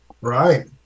Right